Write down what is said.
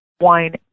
wine